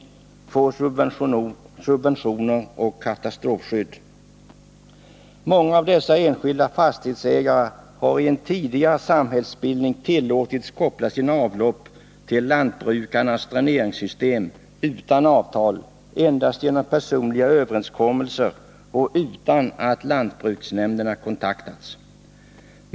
De får subventioner och katastrofskydd. Många av dessa enskilda fastighetsägare har i en tidigare samhällsbildning utan avtal tillåtits koppla sina avlopp till lantbrukarnas dräneringssystem. Det har skett endast efter personliga överenskommelser och utan att lantbruksnämnderna kontaktats.